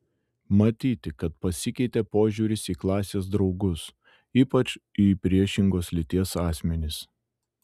matyti kad pasikeitė požiūris į klasės draugus ypač į priešingos lyties asmenis